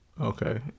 Okay